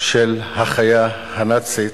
של החיה הנאצית,